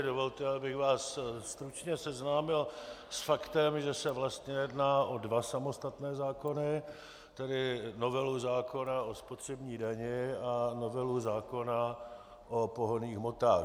Dovolte, abych vás stručně seznámil s faktem, že se vlastně jedná o dva samostatné zákony, tedy novelu zákona o spotřební dani a novelu zákona o pohonných hmotách.